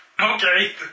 Okay